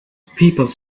people